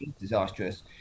disastrous